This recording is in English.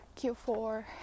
q4